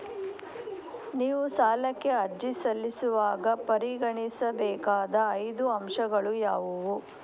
ನೀವು ಸಾಲಕ್ಕೆ ಅರ್ಜಿ ಸಲ್ಲಿಸುವಾಗ ಪರಿಗಣಿಸಬೇಕಾದ ಐದು ಅಂಶಗಳು ಯಾವುವು?